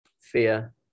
Fear